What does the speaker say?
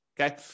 okay